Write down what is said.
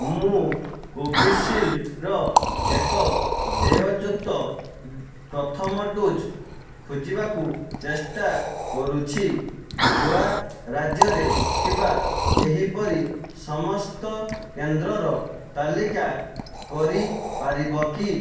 ମୁଁ କୋଭିସୀଲ୍ଡ୍ ର ଏକ ଦେୟଯୁକ୍ତ ପ୍ରଥମ ଡୋଜ୍ ଖୋଜିବାକୁ ଚେଷ୍ଟା କରୁଛି ଗୋଆ ରାଜ୍ୟରେ ଥିବା ଏହିପରି ସମସ୍ତ କେନ୍ଦ୍ରର ତାଲିକା କରିପାରିବ କି